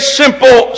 simple